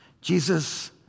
Jesus